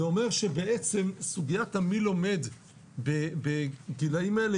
זה אומר שסוגיית מי שלומד בגילים אלה,